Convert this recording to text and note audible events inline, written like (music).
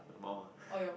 mum ah (breath)